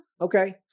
Okay